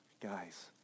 Guys